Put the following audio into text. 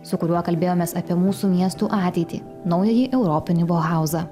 su kuriuo kalbėjomės apie mūsų miestų ateitį naująjį europinį bohauzą